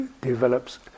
develops